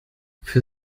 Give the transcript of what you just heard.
für